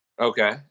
Okay